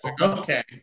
Okay